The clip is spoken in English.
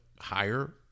higher